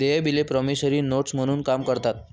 देय बिले promissory notes म्हणून काम करतात